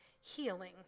healing